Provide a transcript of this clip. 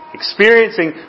experiencing